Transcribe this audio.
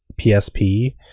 psp